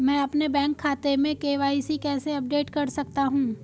मैं अपने बैंक खाते में के.वाई.सी कैसे अपडेट कर सकता हूँ?